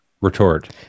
retort